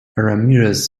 ramirez